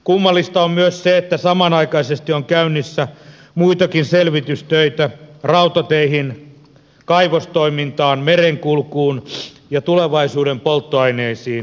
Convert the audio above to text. kummallista on myös se että samanaikaisesti on käynnissä muitakin selvitystöitä liittyen rautateihin kaivostoimintaan merenkulkuun ja tulevaisuuden polttoaineisiin